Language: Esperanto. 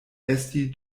esti